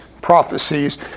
prophecies